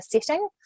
setting